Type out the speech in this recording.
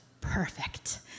perfect